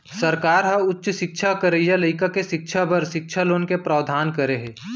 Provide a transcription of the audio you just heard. सरकार ह उच्च सिक्छा करइया लइका के सिक्छा बर सिक्छा लोन के प्रावधान करे हे